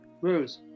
Rose